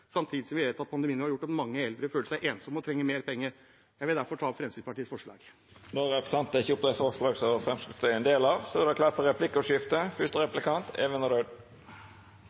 samtidig som vi vet at pandemien har gjort at mange eldre føler seg ensomme og trenger mer penger. Jeg vil derfor ta opp de forslag Fremskrittspartiet har alene eller sammen med andre. Representanten Bård Hoksrud har teke opp dei forslaga han refererte til. Det